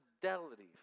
fidelity